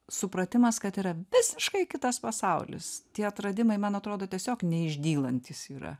supratimas kad yra visiškai kitas pasaulis tie atradimai man atrodo tiesiog neišdylantys yra